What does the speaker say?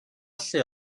lle